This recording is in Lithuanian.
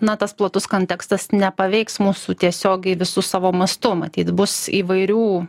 na tas platus kontekstas nepaveiks mūsų tiesiogiai visu savo mastu matyt bus įvairių